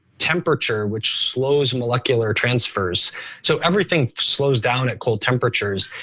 temperature which slows molecular transfers so everything slows down at cold temperatures.